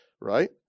Right